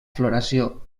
floració